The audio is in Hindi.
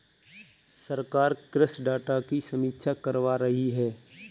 सरकार कृषि डाटा की समीक्षा करवा रही है